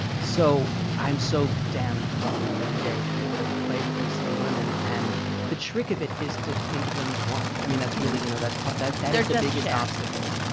so, i'm so damn lucky every day to be able to play with these three women. and the trick of it is to think of them as one. i mean, that's really you know that's part that that biggest obstacle,